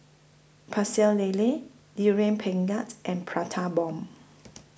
Pecel Lele Durian Pengat and Prata Bomb